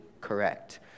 correct